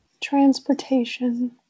Transportation